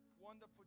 Wonderful